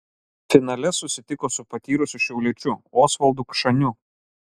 finale susitiko su patyrusiu šiauliečiu osvaldu kšaniu